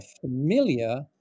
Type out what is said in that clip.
familiar